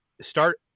start